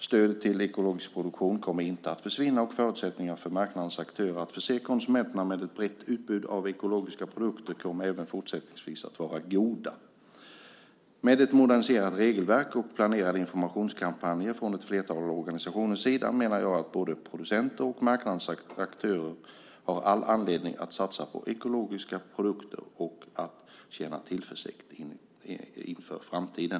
Stödet till ekologisk produktion kommer inte att försvinna, och förutsättningarna för marknadens aktörer att förse konsumenterna med ett brett utbud av ekologiska produkter kommer även fortsättningsvis att vara goda. Med ett moderniserat regelverk och planerade informationskampanjer från ett flertal organisationers sida menar jag att både producenter och marknadens aktörer har all anledning att satsa på ekologiska produkter och att känna tillförsikt inför framtiden.